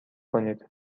کنید